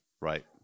right